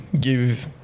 give